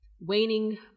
waning